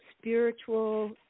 spiritual